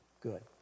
good